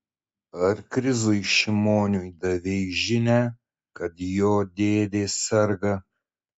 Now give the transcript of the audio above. ar krizui šimoniui davei žinią kad jo dėdė serga